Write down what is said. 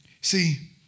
See